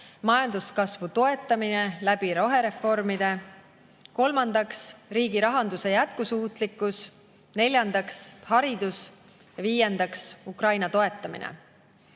majanduskasvu toetamine rohereformide kaudu; kolmandaks, riigi rahanduse jätkusuutlikkus; neljandaks, haridus; viiendaks, Ukraina toetamine.